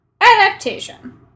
Adaptation